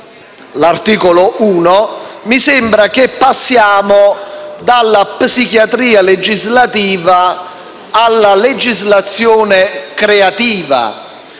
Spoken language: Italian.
nostro esame, sembra che passiamo dalla psichiatria legislativa, alla legislazione creativa,